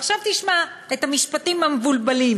ועכשיו תשמע את המשפטים המבולבלים.